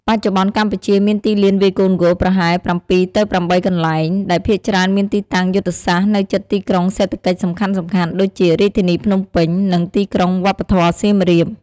បច្ចុប្បន្នកម្ពុជាមានទីលានវាយកូនហ្គោលប្រហែល ៧ ទៅ ៨ កន្លែង ដែលភាគច្រើនមានទីតាំងយុទ្ធសាស្ត្រនៅជិតទីក្រុងសេដ្ឋកិច្ចសំខាន់ៗដូចជា រាជធានីភ្នំពេញ និងទីក្រុងវប្បធម៌សៀមរាប។